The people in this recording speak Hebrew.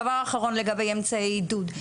והדבר האחרון לגבי אמצעי עידוד,